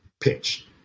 pitch